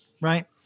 right